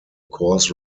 course